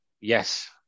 Yes